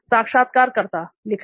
साक्षात्कारकर्ता लिखना